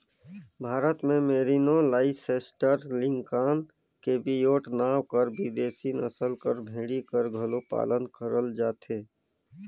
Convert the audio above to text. भारत में merino, Leicester, Lincoln, Cheviot नांव कर बिदेसी नसल कर भेड़ी कर घलो पालन करल जाथे